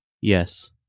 Yes